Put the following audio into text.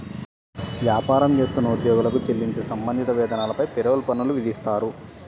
వ్యాపారం చేస్తున్న ఉద్యోగులకు చెల్లించే సంబంధిత వేతనాలపై పేరోల్ పన్నులు విధిస్తారు